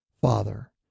Father